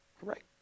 Correct